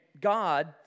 God